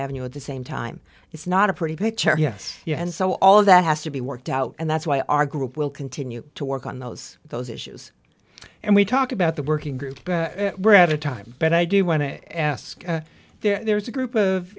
ave at the same time it's not a pretty picture yes yes and so all of that has to be worked out and that's why our group will continue to work on those those issues and we talk about the working group we're at a time but i do want to ask there's a group of